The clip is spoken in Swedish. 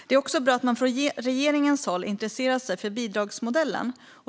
Det är också bra att man från regeringens håll intresserar sig för bidragsmodellen.